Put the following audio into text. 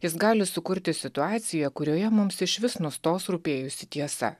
jis gali sukurti situaciją kurioje mums išvis nustos rūpėjusi tiesa